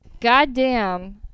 goddamn